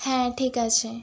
হ্যাঁ ঠিক আছে